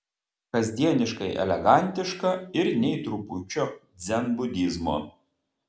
kasdieniškai elegantiška ir nė trupučio dzenbudizmo